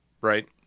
right